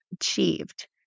achieved